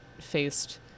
faced